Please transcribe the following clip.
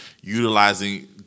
utilizing